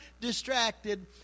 distracted